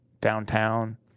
downtown